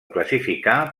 classificar